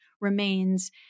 remains